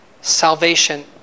salvation